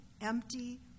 empty